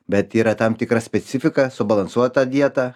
bet yra tam tikra specifika subalansuotą dieta